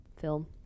film